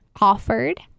offered